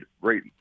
great